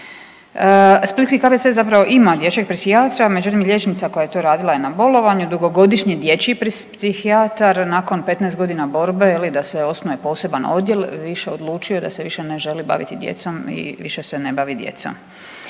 Splitski KBC zapravo ima dječjeg psihijatra međutim liječnica koja je to radila je na bolovanju, dugogodišnji dječji psihijatar nakon 15 godina borbe je li da se osnuje poseban odjel više odlučio da se više ne želi baviti djecom i više se ne bavi djecom.